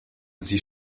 sie